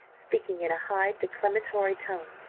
speaking in a high declamatory tone.